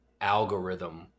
algorithm